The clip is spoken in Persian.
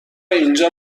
اینجا